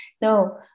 no